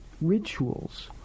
rituals